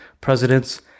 presidents